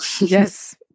Yes